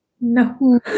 No